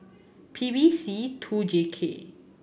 P B C two J K